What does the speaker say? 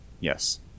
Yes